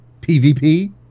PvP